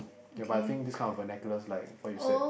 ya but I think these kind of vernaculars like what you said